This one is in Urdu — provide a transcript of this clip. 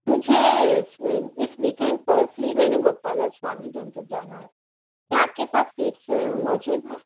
مجھے اس ویکینڈ پر شری وینو گوپالا سوامی ٹیمپل جانا ہے آپ کے پاس سیٹس موجود ہیں